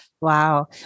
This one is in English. Wow